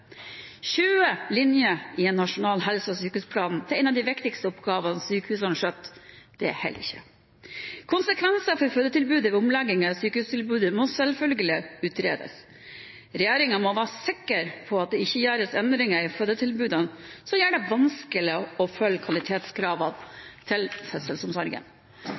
20 linjer i en nasjonal helse- og sykehusplan om en av de viktigste oppgavene sykehusene skjøtter, holder ikke. Konsekvensene for fødetilbudet ved omlegging i sykehustilbudet må selvfølgelig utredes. Regjeringen må være sikker på at det ikke gjøres endringer i fødetilbudene som gjør det vanskelig å oppfylle kvalitetskravene til fødselsomsorgen.